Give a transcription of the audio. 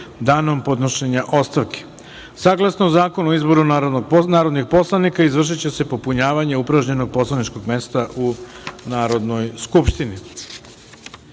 danom podnošenja ostavke. Saglasno Zakonu o izboru narodnih poslanika, izvršiće se popunjavanje upražnjenog poslaničkog mesta u Narodnoj skupštini. Pošto